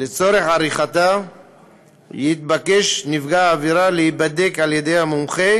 לצורך עריכתה יתבקש נפגע העבירה להיבדק על-ידי המומחה